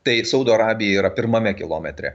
tai saudo arabija yra pirmame kilometre